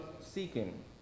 seeking